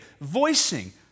voicing